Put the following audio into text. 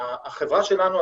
החברה שלנו,